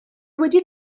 wedi